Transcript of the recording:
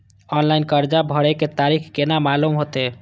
Online कर्जा भरे के तारीख केना मालूम होते?